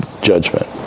judgment